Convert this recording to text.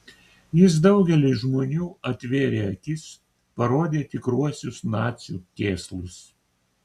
jis daugeliui žmonių atvėrė akis parodė tikruosius nacių kėslus